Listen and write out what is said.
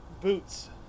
boots